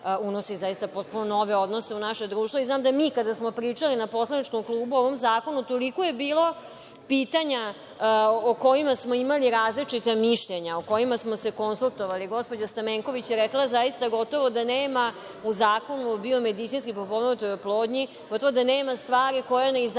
potpuno nove odnose u naše društvo. Kada smo pričali u poslaničkom klubu o ovom zakonu, toliko je bilo pitanja o kojima smo imali različita mišljenja, o kojima smo se konsultovali. Gospođa Stamenković je rekla da zaista gotovo da nema u Zakonu o biomedicinski potpomognutoj oplodnji stvari koja ne izaziva